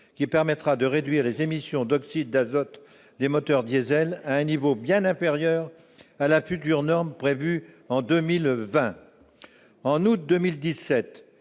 qui permettra de réduire les émissions d'oxydes d'azote des moteurs diesel à un niveau bien inférieur à la future norme prévue pour 2020. En août 2017,